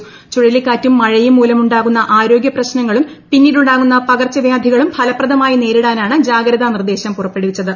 ്ചുഴലിക്കാറ്റും മഴയും മൂലമുണ്ടാ കുന്ന ആരോഗ്യ പ്രശ്നങ്ങളും ് പിന്നീടുണ്ടാകുന്ന പകർച്ചവ്യാധികളും ഫലപ്രദമായി നേരിടാനാണ് ജാഗ്രതാ നിർദേശം പുറപ്പെടുവിച്ചത്